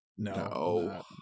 No